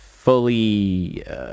Fully